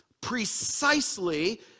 precisely